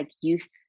youth